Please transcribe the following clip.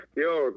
yo